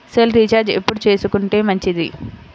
Cell recharge ఎప్పుడు చేసుకొంటే మంచిది?